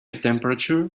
temperature